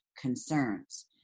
concerns